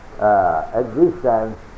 existence